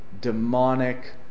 demonic